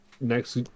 next